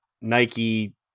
Nike